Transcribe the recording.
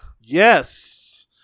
Yes